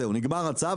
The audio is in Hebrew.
זהו נגמר הצו,